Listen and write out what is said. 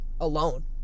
alone